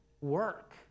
work